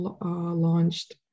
launched